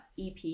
EP